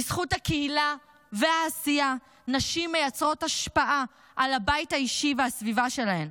בזכות הקהילה והעשייה נשים מייצרות השפעה על הבית האישי והסביבה שלהן.